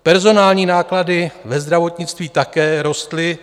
Personální náklady ve zdravotnictví také rostly.